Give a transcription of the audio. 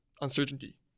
uncertainty